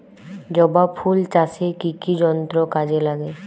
জবা ফুল চাষে কি কি যন্ত্র কাজে লাগে?